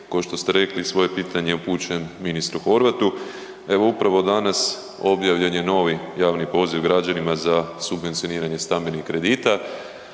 Kao što ste rekli svoje pitanje upućujem ministru Horvatu. Evo upravo danas objavljen je novi javni poziv građanima za subvencioniranje stambenih kredita